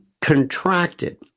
contracted